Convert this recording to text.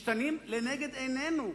משתנים לנגד עינינו,